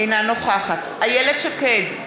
אינה נוכחת איילת שקד,